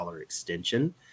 extension